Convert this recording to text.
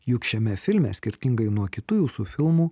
juk šiame filme skirtingai nuo kitų jūsų filmų